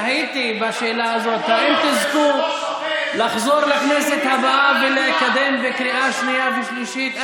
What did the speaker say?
תהיתי בשאלה הזאת אם תזכו לחזור לכנסת הבאה ולקדם בקריאה שנייה ושלישית.